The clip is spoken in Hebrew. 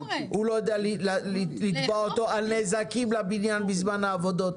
הוא לא יודע לתבוע אותו על נזקים לבניין בזמן העבודות.